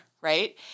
right